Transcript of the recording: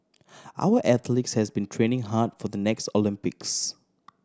our athletes has been training hard for the next Olympics